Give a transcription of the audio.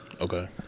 Okay